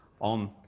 on